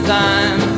time